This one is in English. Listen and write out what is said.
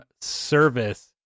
service